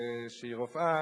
שהיא רופאה,